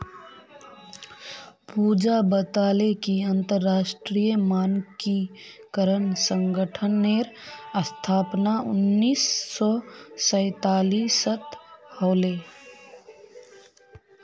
पूजा बताले कि अंतरराष्ट्रीय मानकीकरण संगठनेर स्थापना उन्नीस सौ सैतालीसत होले